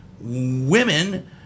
women